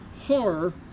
horror